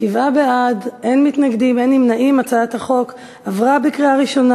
ההצעה להעביר את הצעת חוק הגנה על זכויות אמנים במוזיקה,